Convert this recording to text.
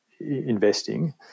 investing